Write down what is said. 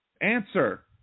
Answer